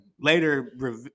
later